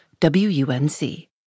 WUNC